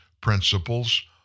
principles